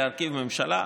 להרכיב ממשלה,